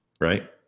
Right